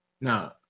No